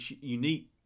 unique